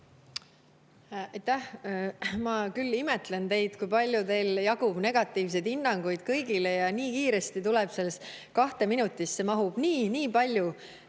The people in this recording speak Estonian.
Ma imetlen teid, kui palju teil jagub negatiivseid hinnanguid kõigile ja nii kiiresti tuleb, kahte minutisse mahub nii palju